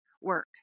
work